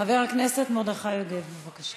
חבר הכנסת מרדכי יוגב, בבקשה.